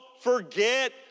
forget